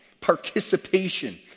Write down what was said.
participation